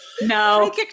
No